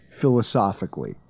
philosophically